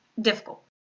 difficult